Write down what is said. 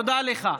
תודה לך.